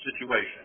situation